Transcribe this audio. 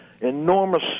enormous